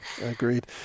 Agreed